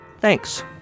Thanks